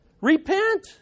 Repent